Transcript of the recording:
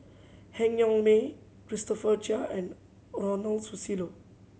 Han Yong May Christopher Chia and Ronald Susilo